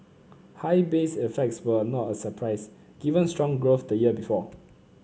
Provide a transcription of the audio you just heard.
high base effects were not a surprise given strong growth the year before